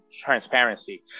transparency